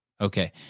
Okay